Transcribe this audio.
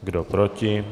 Kdo proti?